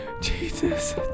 jesus